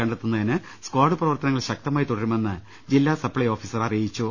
കണ്ടെത്തുന്നതിന് സ്കാഡ് പ്രവർത്തനങ്ങൾ ശക്തമായി തുടരുമെന്ന് ജില്ലാ സപ്ലൈ ഓഫീസർ അറിയിച്ചു